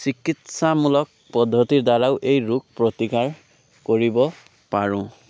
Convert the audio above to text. চিকিৎসামূলক পদ্ধতিৰ দ্বাৰাও এই ৰোগ প্ৰতিকাৰ কৰিব পাৰোঁ